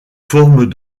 forme